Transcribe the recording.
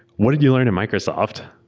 what did you learn in microsoft?